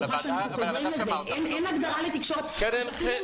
אני אומר שההערה שלך מתייחסת לסעיף 16ב(א) שכבר אושר בוועדה,